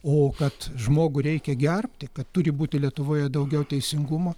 o kad žmogų reikia gerbti kad turi būti lietuvoje daugiau teisingumo